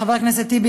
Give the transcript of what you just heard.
חבר הכנסת טיבי,